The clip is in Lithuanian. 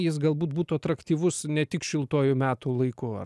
jis galbūt būtų atraktyvūs ne tik šiltuoju metų laiku